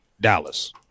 dallas